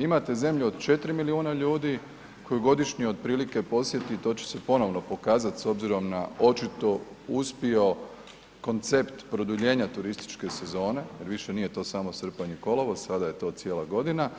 Imate zemlju od 4 milijuna ljudi koju godišnje otprilike podsjeti, to će se ponovno pokazati, s obzirom na očito uspio koncept produljenja turističke sezone, jer više nije to samo srpanj i kolovoz, sada je to cijela godina,